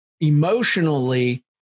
emotionally